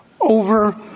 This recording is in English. over —